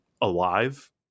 alive